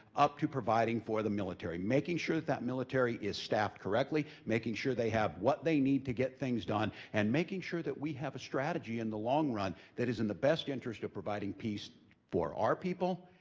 up to providing for the military. making sure that military is staffed correctly, making sure they have what they need to get things done, and making sure that we have a strategy in the long run that is in the best interest of providing peace for our people,